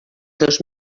dos